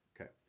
Okay